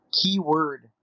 keyword